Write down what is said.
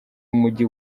w’umujyi